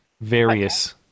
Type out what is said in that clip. various